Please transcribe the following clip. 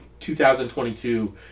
2022